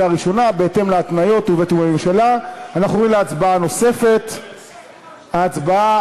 אם כן, בעד, 39, נגד, אפס, נמנעים,